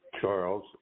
Charles